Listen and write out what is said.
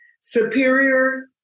superior